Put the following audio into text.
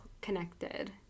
connected